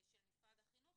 של משרד החינוך,